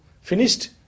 finished